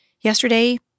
yesterday